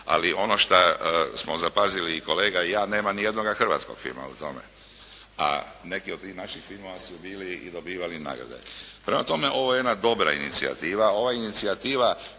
ali ono šta smo zapazili kolega i ja nema nijednog hrvatskog filma u tome a neki od tih naših filmova su bili i dobivali nagrade. Prema tome, ovo je jedna dobra inicijativa.